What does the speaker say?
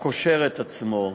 הקושר את עצמו לאירוע,